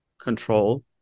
control